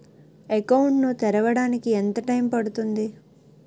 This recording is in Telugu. అకౌంట్ ను తెరవడానికి ఎంత టైమ్ పడుతుంది?